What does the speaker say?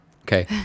Okay